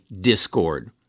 Discord